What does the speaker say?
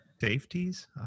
Safeties